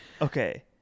Okay